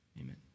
Amen